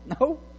No